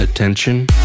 attention